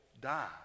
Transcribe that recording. die